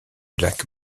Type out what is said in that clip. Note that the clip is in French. lac